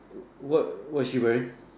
were what she wearing